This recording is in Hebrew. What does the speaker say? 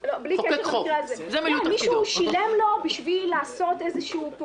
הרבה מהמקובל בשירות הציבורי